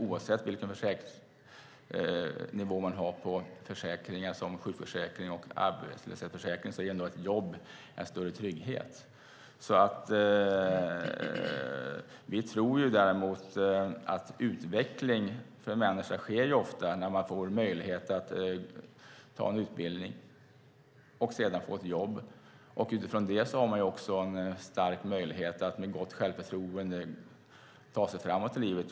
Oavsett vilken ersättningsnivå man har på försäkringar som sjukförsäkring och arbetslöshetsförsäkring ger ett jobb ändå en större trygghet. Vi tror däremot att utveckling för en människa ofta sker när man får möjlighet att gå en utbildning och sedan få ett jobb. Utifrån det har man också en stor möjlighet att med gott självförtroende ta sig framåt i livet.